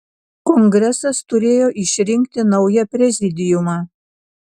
kongresas turėjo išrinkti naują prezidiumą